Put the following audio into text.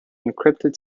encrypted